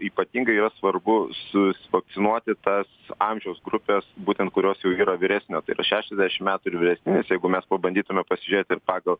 ypatingai yra svarbu su vakcinuoti tas amžiaus grupes būtent kurios jau yra vyresnio tai yra šešoasdešim metų ir vyresni nes jeigu mes pabandytume pasižiūrėt ir pagal